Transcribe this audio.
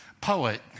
poet